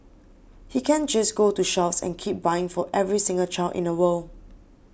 he can't just go to shops and keep buying for every single child in the world